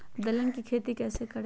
दलहन की खेती कैसे करें?